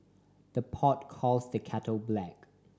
the pot calls the kettle black